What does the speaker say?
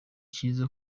cyiza